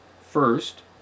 First